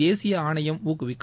தேசிய ஆணையம் ஊக்குவிக்கும்